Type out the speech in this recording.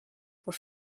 were